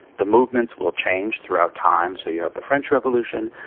the movements will change throughout time so you have the french revolution,